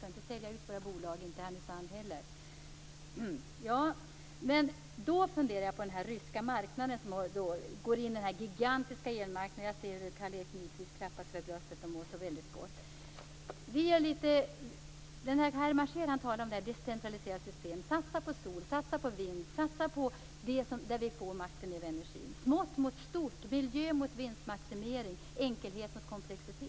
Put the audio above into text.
Vi skall inte sälja ut våra bolag - inte heller Härnösand. Jag funderar på den ryska marknaden. Man går in på den här gigantiska elmarknaden. Jag ser hur Carl Erik Nyqvist klappar sig för bröstet och mår gott. Hermann Scheer talar om ett decentraliserat system, att satsa på sol och på vind och på det som gör att vi får makten över energin. Det är smått mot stort, miljö mot vinstmaximering och enkelhet mot komplexitet.